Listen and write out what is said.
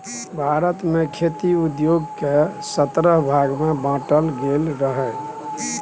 भारत मे खेती उद्योग केँ सतरह भाग मे बाँटल गेल रहय